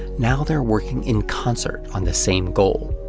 now they're working in concert on the same goal.